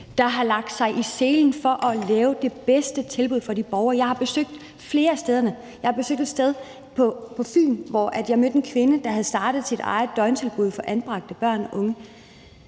der har lagt sig i selen for at lave det bedste tilbud for de borgere. Jeg har besøgt flere af stederne. Jeg har besøgt et sted på Fyn, hvor jeg mødte en kvinde, der havde startet sit eget døgntilbud for anbragte børn og unge.